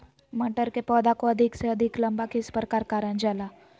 मटर के पौधा को अधिक से अधिक लंबा किस प्रकार कारण जाला?